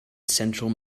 central